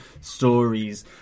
stories